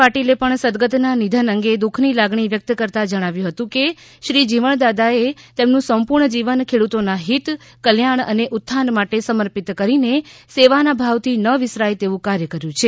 પાટીલે પણ સદગતનાં નિધન અંગે દુઃખની લાગણી વ્યકત કરતાં જણાવ્યું હતુ કે શ્રી જીવણદાદા એ તેમનું સંપૂર્ણ જીવન ખેડૂતોનાં હિત કલ્યાણ અને ઉત્થાન માટે સમર્પિત કરીને સેવાનાં ભાવથી ન વિસરાય તેવું કાર્ય કર્યું છે